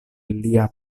lia